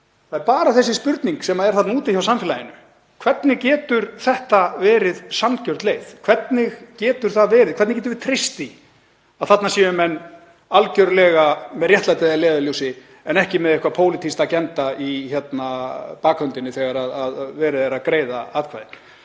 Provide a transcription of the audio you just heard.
Það er bara þessi spurning sem er þarna úti í samfélaginu: Hvernig getur þetta verið sanngjörn leið? Hvernig getur það verið? Hvernig getum við treyst því að þarna séu menn algerlega með réttlætið að leiðarljósi en ekki með eitthvert pólitískt „agenda“ í bakhöndinni þegar verið er að greiða atkvæði.